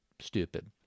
Stupid